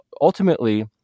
ultimately